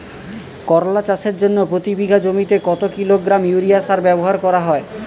করলা চাষের জন্য প্রতি বিঘা জমিতে কত কিলোগ্রাম ইউরিয়া সার ব্যবহার করা হয়?